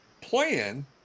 plan